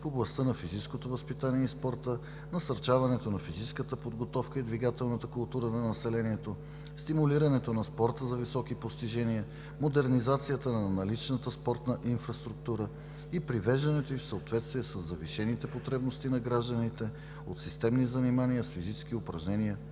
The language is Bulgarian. в областта на физическото възпитание и спорта, насърчаването на физическата подготовка и двигателната култура на населението, стимулирането на спорта за високи постижения, модернизацията на наличната спортна инфраструктура и привеждането ѝ в съответствие със завишените потребности на гражданите от системни занимания с физически упражнения